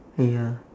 ya